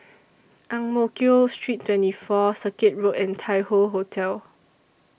Ang Mo Kio Street twenty four Circuit Road and Tai Hoe Hotel